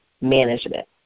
management